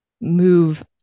move